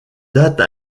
date